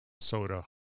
soda